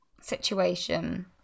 situation